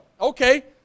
okay